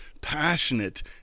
passionate